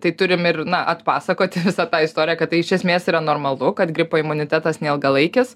tai turim ir na atpasakoti visą tą istoriją kad tai iš esmės yra normalu kad gripui imunitetas neilgalaikis